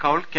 Kaul K